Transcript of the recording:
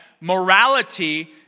Morality